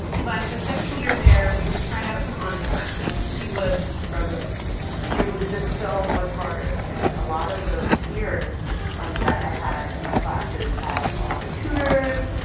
by her second year there, when she tried out some honors classes, she was struggling it was just so much harder, and a lot of the peers um that i had in my classes had a lot of tutors.